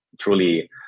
truly